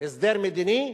להסדר מדיני,